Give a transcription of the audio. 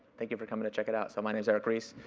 thank you for coming to check it out. so my name is eric ries.